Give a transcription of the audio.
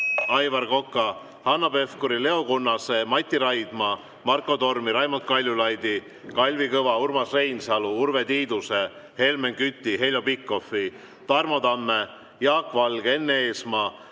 Aivar Koka, Hanno Pevkuri, Leo Kunnase, Mati Raidma, Marko Tormi, Raimond Kaljulaidi, Kalvi Kõva, Urmas Reinsalu, Urve Tiiduse, Helmen Küti, Heljo Pikhofi, Tarmo Tamme, Jaak Valge, Enn Eesmaa,